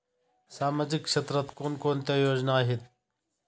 सामाजिक क्षेत्रात कोणकोणत्या योजना आहेत?